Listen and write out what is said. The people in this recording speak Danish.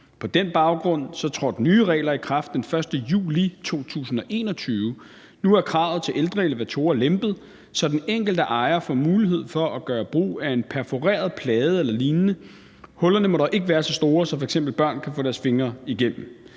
På den baggrund trådte nye regler i kraft den 1. juli 2021. Nu er kravet til ældre elevatorer lempet, så den enkelte ejer får mulighed for at gøre brug af en perforeret plade eller lignende. Hullerne må dog ikke være så store, at f.eks. børn kan få deres fingre igennem.